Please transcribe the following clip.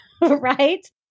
right